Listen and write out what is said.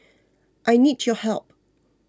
I need your help